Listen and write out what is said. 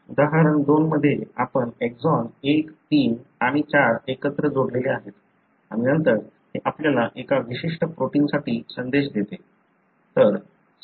उदाहरण 2 मध्ये आपण एक्सॉन 1 3 आणि 4 एकत्र जोडले आहेत आणि नंतर हे आपल्याला एका विशिष्ट प्रोटिनसाठी संदेश देते